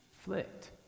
flicked